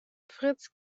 fritz